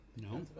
No